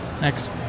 Next